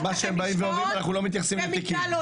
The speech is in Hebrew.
-- ומה שהם באים ואומרים 'אנחנו לא מתייחסים לתיקים'.